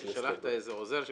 הבנתי ששלחת איזה עוזר שלך,